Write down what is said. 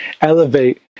elevate